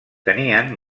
tenien